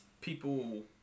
people